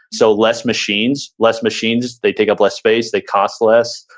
so less machines, less machines, they take up less space, they cost less,